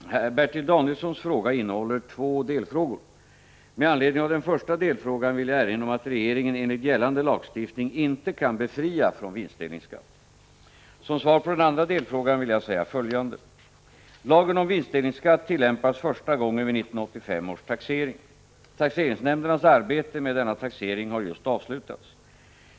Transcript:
Herr talman! Bertil Danielssons fråga innehåller två delfrågor. Med anledning av den första delfrågan vill jag erinra om att regeringen enligt gällande lagstiftning inte kan befria från vinstdelningsskatt. Som svar på den andra delfrågan vill jag säga följande. Lagen om vinstdelningsskatt tillämpas första gången vid 1985 års taxering. Taxeringsnämndernas arbete med denna taxering har just avslutats.